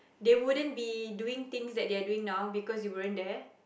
they wouldn't be doing things that they're doing now because you weren't there